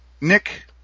Nick